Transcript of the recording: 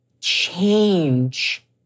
change